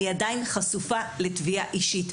אני עדיין חשופה לתביעה אישית.